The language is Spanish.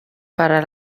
para